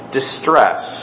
distress